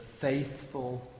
faithful